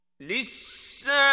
Listen